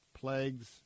plagues